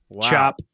Chop